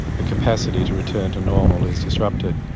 the capacity to return to normal is disrupted.